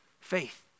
Faith